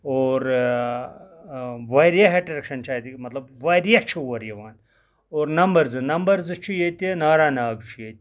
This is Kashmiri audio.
اور واریاہ اَٹریکشَن چھِ اَتہِ مَطلَب واریاہ چھِ اور یِوان اور نَمبَر زٕ نَمبَر زٕ چھِ ییٚتہِ ناراناگ چھُ ییٚتہِ